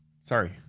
sorry